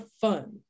fun